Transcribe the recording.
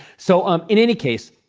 so um in any case,